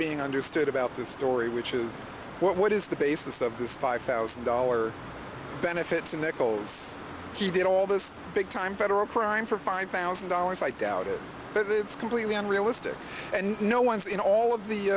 being understood about this story which is what is the basis of this five thousand dollars benefits and nichols he did all this big time federal crime for five thousand dollars i doubt it but it's completely unrealistic and no one's in all of